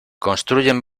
construyen